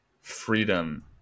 freedom